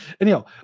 Anyhow